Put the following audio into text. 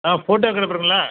ஆ ஃபோட்டோக்ராஃபர்ங்களா